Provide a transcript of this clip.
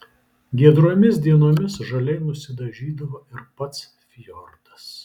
giedromis dienomis žaliai nusidažydavo ir pats fjordas